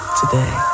today